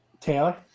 Taylor